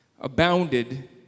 abounded